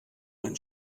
ein